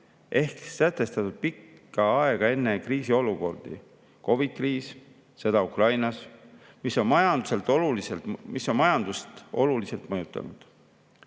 ehk sätestatud pikka aega enne kriisiolukordi – COVID‑kriis, sõda Ukrainas –, mis on majandust oluliselt mõjutanud. Samal